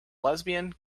lesbian